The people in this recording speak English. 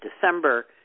December